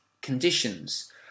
conditions